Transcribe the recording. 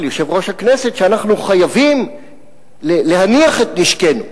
יושב-ראש הכנסת שאנחנו חייבים להניח את נשקנו,